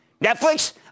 Netflix